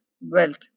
wealth